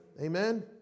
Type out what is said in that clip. Amen